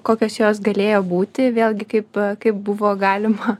kokios jos galėjo būti vėlgi kaip kaip buvo galima